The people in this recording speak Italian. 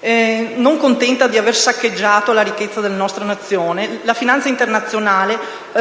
Non contenta di aver saccheggiato le ricchezze della nostra Nazione, la finanza internazionale